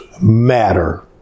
matter